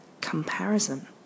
comparison